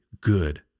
good